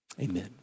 Amen